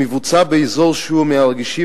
המבוצע באזור שהוא מהרגישים,